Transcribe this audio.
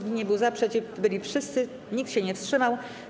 Nikt nie był za, przeciw byli wszyscy, nikt się nie wstrzymał.